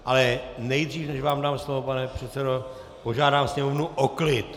Ale nejdřív, než vám dám slovo, pane předsedo, požádám sněmovnu o klid.